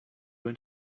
went